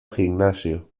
gimnasio